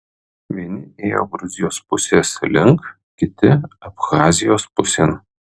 vieni ėjo gruzijos pusės link kiti abchazijos pusėn